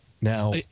now